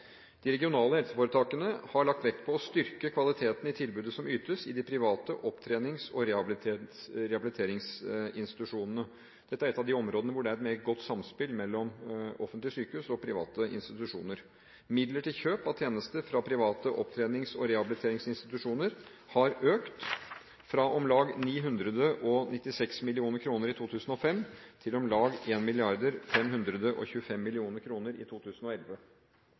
De regionale helseforetakene har lagt vekt på å styrke kvaliteten i tilbudet som ytes i de private opptrenings- og rehabiliteringsinstitusjonene. Dette er et av de områdene hvor det er et meget godt samspill mellom offentlige sykehus og private institusjoner. Midler til kjøp av tjenester fra private opptrenings- og rehabiliteringsinstitusjoner har økt, fra om lag 996 mill. kr i 2005 til om lag 1 525 mill. kr i 2011.